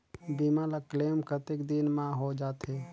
बीमा ला क्लेम कतेक दिन मां हों जाथे?